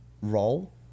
role